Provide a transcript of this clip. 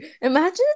Imagine